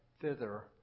Thither